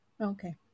okay